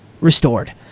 restored